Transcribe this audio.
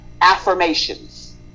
affirmations